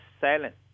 silent